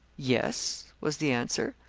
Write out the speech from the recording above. yes, was the answer.